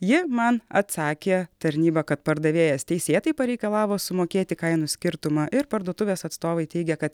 ji man atsakė tarnyba kad pardavėjas teisėtai pareikalavo sumokėti kainų skirtumą ir parduotuvės atstovai teigia kad